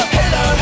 Hello